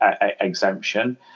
exemption